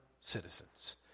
citizens